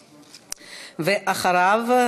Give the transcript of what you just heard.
ואחריו,